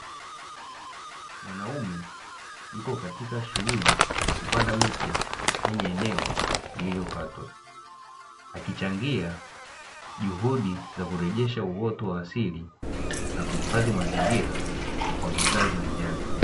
Mwanaume yuko katika shughuli ya kupanda miti kwenye eneo lililokatwa, akichangia juhudi za kurejesha uoto wa asili na kuhifadhi mazingira kwa vizazi vijavyo.